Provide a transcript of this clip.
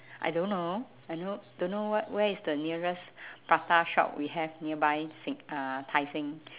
I don't know I know don't know what where is the nearest prata shop we have nearby se~ uh tai seng